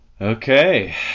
okay